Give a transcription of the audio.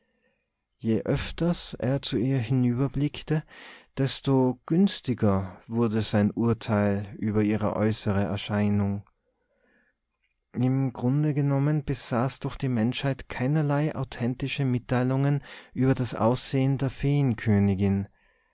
je öfters er zu ihr hinüberblickte desto günstiger wurde sein urteil über ihre äußere erscheinung im grunde genommen besaß doch die menschheit keinerlei authentische mitteilungen über das aussehen der